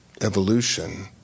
evolution